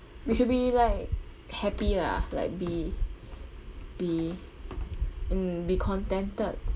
you should be like happy lah like be be mm be contented